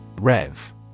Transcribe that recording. Rev